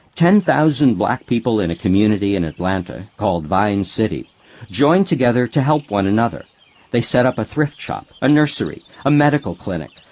ten thousand black people in a community in atlanta called vine city joined together to help one another they set up a thrift shop, a nursery, a medical clinic,